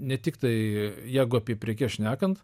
ne tik tai jeigu apie prekes šnekant